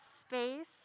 space